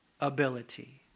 ability